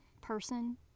person